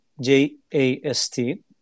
J-A-S-T